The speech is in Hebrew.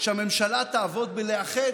שהממשלה תעבוד בלאחד,